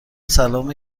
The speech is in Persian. سلام